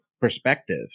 perspective